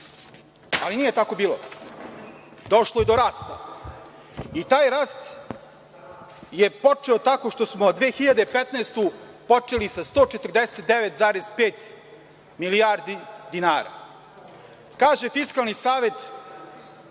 Nije tako bilo. Došlo je do rasta i taj rast je počeo tako što smo 2015 godinu počeli sa 149,5 milijardi dinara. Kaže Fiskalni savet